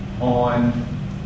on